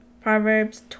proverbs